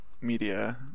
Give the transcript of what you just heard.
media